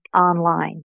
online